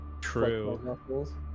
True